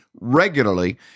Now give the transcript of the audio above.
regularly